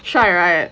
帅 [right]